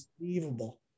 Unbelievable